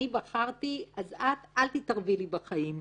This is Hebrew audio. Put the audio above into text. אני בחרתי אז את אל תתערבי לי בחיים.